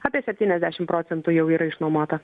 apie septyniasdešimt procentų jau yra išnuomota